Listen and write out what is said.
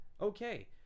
Okay